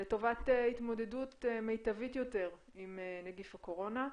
לטובת התמודדות מיטבית יותר עם נגיף הקורונה.